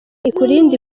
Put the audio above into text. ikurinde